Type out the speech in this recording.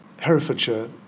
Herefordshire